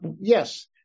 yes